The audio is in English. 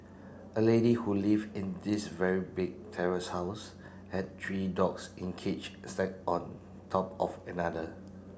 a lady who live in this very big terrace house had three dogs in cage stacked on top of another